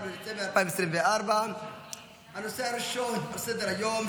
11 בדצמבר 2024. הנושא הראשון על סדר-היום,